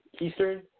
Eastern